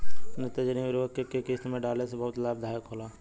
नेत्रजनीय उर्वरक के केय किस्त में डाले से बहुत लाभदायक होला?